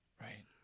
Right